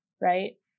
right